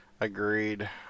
Agreed